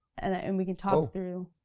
and and we can talk through